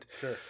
Sure